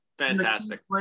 Fantastic